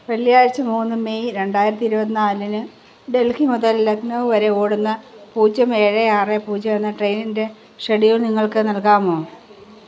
വെള്ളിയാഴ്ച മൂന്ന് മെയ് രണ്ടായിരത്തി ഇരുപത്തി നാലിന് ഡൽഹി മുതൽ ലക്നൗ വരെ ഓടുന്ന പൂജ്യം ഏഴ് ആറ് പൂജ്യം എന്ന ട്രെയിനിൻ്റെ ഷെഡ്യൂൾ നിങ്ങൾക്ക് നൽകാമോ